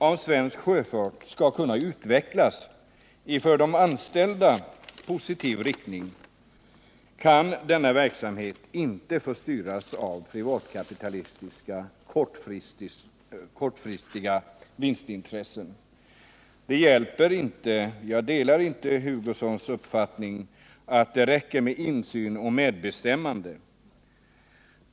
Om svensk sjöfart skall kunna utvecklas i för de anställda positiv riktning kan denna verksamhet inte få styras av privatkapitalistiska kortfristiga vinstintressen. Jag delar inte Kurt Hugossons uppfattning att det räcker med insyn och medbestämmande.